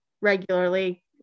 regularly